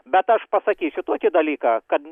bet aš pasakysiu tokį dalyką kad